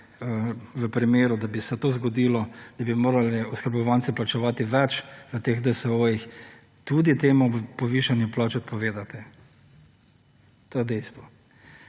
v primeru, da bi se to zgodilo, da bi morali oskrbovanci plačevati več v teh DSO-jih, tudi temu povišanju plač odpovedati. To je dejstvo.